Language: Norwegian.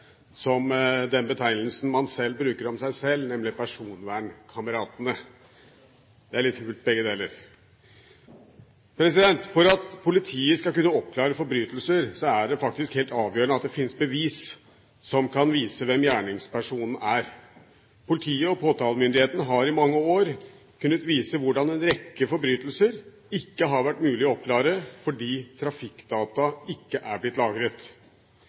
som den betegnelsen man bruker om seg selv, nemlig «personvernkameratene». Begge deler er litt hult. For at politiet skal kunne oppklare forbrytelser, er det faktisk helt avgjørende at det fins bevis som kan vise hvem gjerningspersonen er. Politiet og påtalemyndigheten har i mange år kunnet vise hvorfor en rekke forbrytelser ikke har vært mulig å oppklare, fordi trafikkdata ikke er blitt lagret.